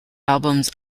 albums